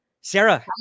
Sarah